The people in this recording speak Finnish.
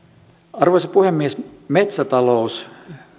arvoisa puhemies metsätalous